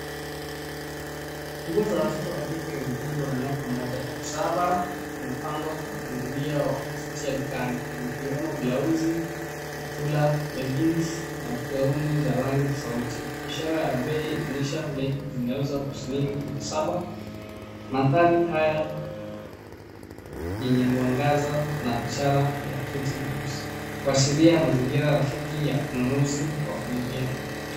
Nguo za watoto wa kike wenye umri wa miaka moja na saba imepangwa kwa mpangilio wa kuvutia dukani zikiwemo blauzi, kaptula, leggings na gauni za rangi tofauti. Ishara ya bei inaonyesha leggings zinauzwa kwa shilingi mia saba. Mandhari haya yenye mwangaza na ishara ya fitting rooms kuashiria mazingira rafiki ya ununuzi kwa familia.